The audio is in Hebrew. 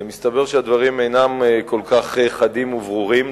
מסתבר שהדברים אינם כל כך חדים וברורים,